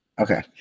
Okay